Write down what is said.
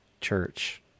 church